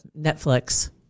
Netflix